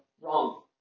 wrong